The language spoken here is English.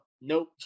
Nope